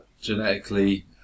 genetically